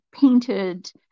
painted